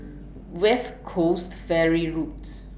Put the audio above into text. West Coast Ferry Road